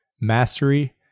Mastery